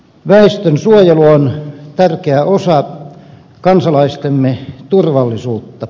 väestönsuojelu on tärkeä osa kansalaistemme turvallisuutta